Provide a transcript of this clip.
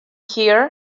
here